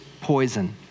poison